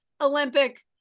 Olympic